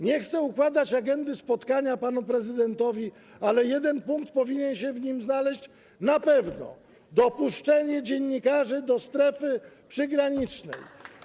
Nie chcę układać agendy spotkania panu prezydentowi, ale jeden punkt na pewno powinien się w nim znaleźć: dopuszczenie dziennikarzy do strefy przygranicznej.